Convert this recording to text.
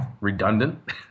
redundant